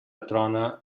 trona